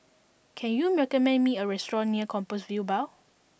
can you recommend me a restaurant near Compassvale Bow